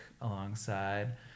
alongside